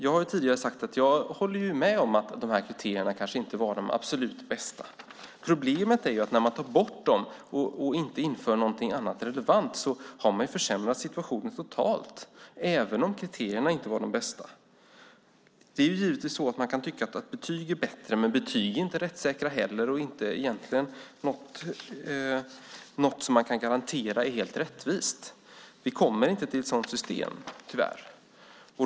Jag har tidigare sagt att jag håller med om att de här kriterierna kanske inte var de absolut bästa. Problemet är att när man tar bort dem och inte inför något annat relevant så har man försämrat situationen totalt, även om kriterierna inte var de bästa. Det är givetvis så att man kan tycka att betyg är bättre, men betyg är inte rättssäkra heller och är egentligen inte något som man kan garantera är helt rättvist. Vi kommer inte till ett sådant system, tyvärr.